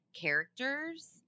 characters